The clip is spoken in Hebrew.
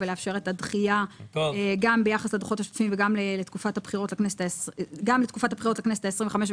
ולאשר את הדחייה גם ביחס לדוחות השוטפים וגם לתקופת הבחירות לכנסת ה-25,